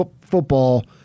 football